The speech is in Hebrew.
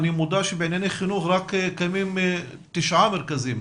אני מודע שבענייני חינוך רק קיימים תשעה מרכזים,